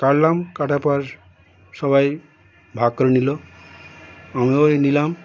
কাটলাম কাটার পর সবাই ভাগ করে নিল আমিও ওই নিলাম